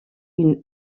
une